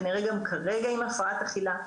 כנראה גם כרגע עם הפרעת אכילה,